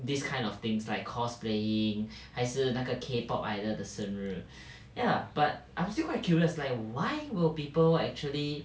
this kind of things like cosplaying 还是那个 K pop idol 的生日 ya but I'm still quite curious like why will people actually